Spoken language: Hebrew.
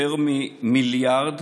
יותר ממיליארד